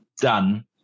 done